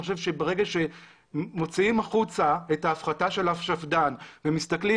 אני חושב שברגע שמוצאים החוצה את ההפחתה של השפד"ן ומסתכלים